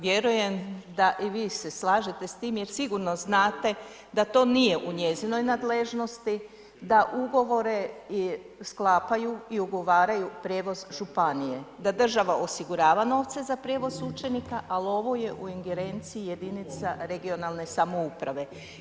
Vjerujem da i vi se slažete s tim jer sigurno znate da to nije u njezinoj nadležnosti, da ugovore sklapaju i ugovaraju prijevoz županije, da država osigurava novce za prijevoz učenika, ali ovo je u ingerenciji jedinica regionalne samouprave.